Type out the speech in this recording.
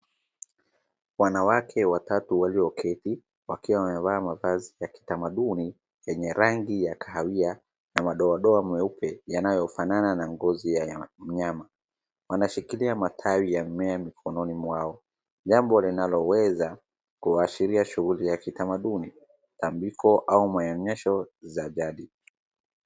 Wanawake watatu walioketi, wakiwa wamevaa mavazi ya kitamaduni, yenye rangi ya kahawia na madoadoa meupe yanayofanana na ngozi ya mnyama. Wanashikilia matawi ya mimea mikononi mwao, jambo linaloweza kuashiria shughuli ya kitamaduni, tambiko au maonyesho za jadi.